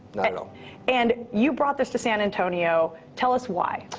you know and you brought this to san antonio. tell us why?